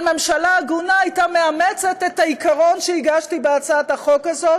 אבל ממשלה הגונה גם מאמצת את העיקרון שהגשתי בהצעת החוק הזאת,